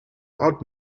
odd